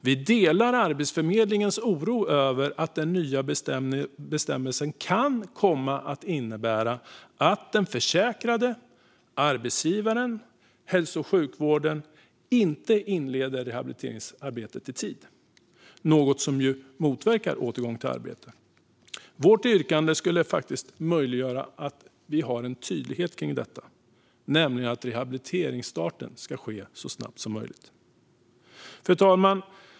Vi delar Arbetsförmedlingens oro över att den nya bestämmelsen kan komma att innebära att den försäkrade, arbetsgivaren och hälso och sjukvården inte inleder rehabiliteringsarbetet i tid, något som motverkar återgången till arbete. Vårt yrkande skulle möjliggöra en tydlighet om att rehabiliteringsstarten ska ske så snabbt som möjligt. Fru talman!